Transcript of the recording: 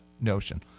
notion